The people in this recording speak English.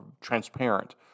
transparent